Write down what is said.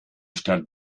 stadt